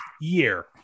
year